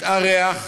התארח,